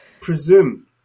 presume